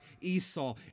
Esau